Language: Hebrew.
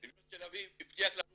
אוניברסיטת תל אביב הבטיחה לנו